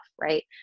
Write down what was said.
right